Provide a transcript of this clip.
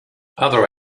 other